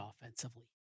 offensively